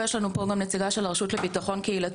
ויש לנו פה גם נציגה של הרשות לביטחון קהילתי,